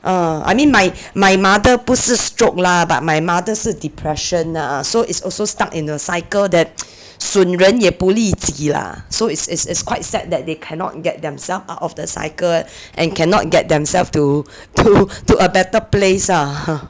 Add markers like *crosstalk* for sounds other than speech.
uh I mean my my mother 不是 stroke lah but my mother 是 depression ah so it's also stuck in a cycle that *noise* soon 损人不利己 lah so it's it's it's quite sad that they cannot get themselves out of the cycle and cannot get themselves to to to a better place ah *breath*